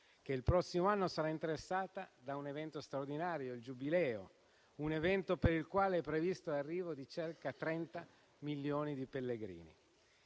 che il prossimo anno sarà interessata da un evento straordinario, il Giubileo, un evento per il quale è previsto l'arrivo di circa trenta milioni di pellegrini.